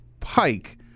Pike